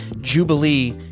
jubilee